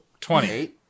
Twenty